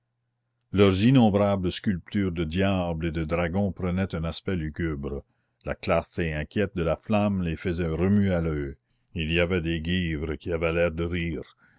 leurs innombrables sculptures de diables et de dragons prenaient un aspect lugubre la clarté inquiète de la flamme les faisait remuer à l'oeil il y avait des guivres qui avaient l'air de rire